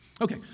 Okay